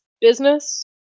business